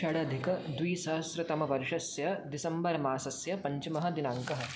षडधिकद्विसहस्रतमवर्षस्य दिसम्बर् मासस्य पञ्चमः दिनाङ्कः